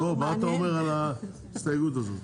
מה אתה אומר על ההסתייגות הזאת?